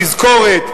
תזכורת,